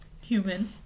human